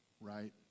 right